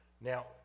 Now